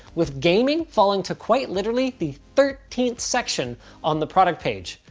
with gaming falling to quite literally the thirteenth section on the product page.